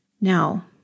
Now